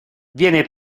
viene